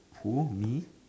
who me